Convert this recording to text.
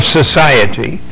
society